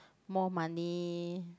more money